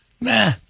Nah